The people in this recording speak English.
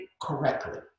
correctly